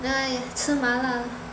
!aiya! 吃麻辣